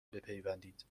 بپیوندید